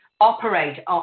operate